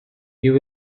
you